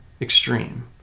extreme